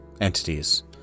entities